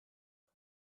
auf